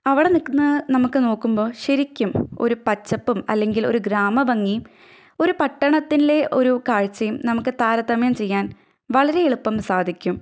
അവിടെ നിൽക്കുന്ന നമുക്ക് നോക്കുമ്പോൾ ശരിക്കും ഒരു പച്ചപ്പും അല്ലെങ്കില് ഒരു ഗ്രാമ ഭംഗിയും ഒരു പട്ടണത്തിലെ ഒരു കാഴ്ചയും നമുക്ക് താരതമ്യം ചെയ്യാന് വളരെ എളുപ്പം സാധിക്കും